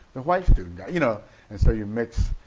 the white students you know and so you mix,